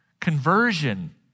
conversion